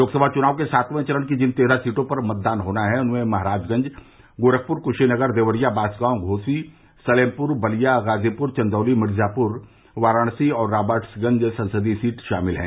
लोकसभा च्नाव के सातवें चरण की जिन तेरह सीटों पर मतदान होना है उनमें महराजगंज गोरखपुर कृशीनगर देवरिया बांसगांव घोसी सलेमपुर बलिया गाजीपुर चन्दौली वाराणसी मिर्जापुर और राबर्टसगंज संसदीय सीट शामिल है